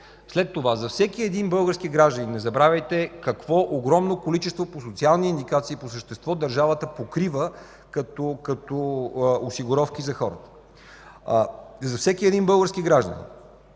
След това за всеки един български гражданин, не забравяйте какво огромно количество по социални индикации по същество държавата покрива като осигуровки за хората. За всеки един български гражданин,